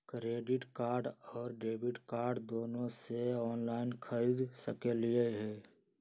Credit card और debit card दोनों से ऑनलाइन खरीद सकली ह?